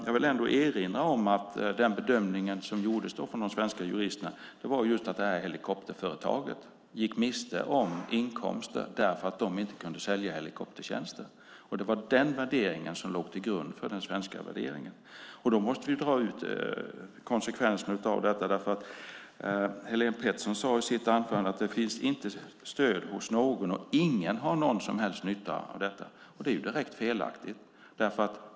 Jag vill ändå erinra om att den bedömning som gjordes från de svenska juristerna var att helikopterföretaget gick miste om inkomster för att de inte kunde sälja helikoptertjänster. Det var detta som låg till grund för den svenska värderingen. Vi måste dra ut konsekvenserna av detta, för Helén Pettersson sade i sitt anförande att det inte finns stöd hos någon och att ingen har någon som helst nytta av det. Det är direkt felaktigt.